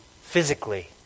physically